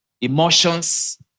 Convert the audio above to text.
emotions